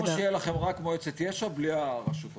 זה כמו שיהיה לכם רק מועצת יש"ע בלי הרשות המקומית.